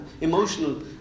emotional